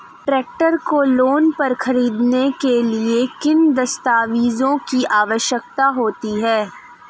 Tractor को loan पर खरीदने के लिए किन दस्तावेज़ों की आवश्यकता होती है?